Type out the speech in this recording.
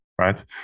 right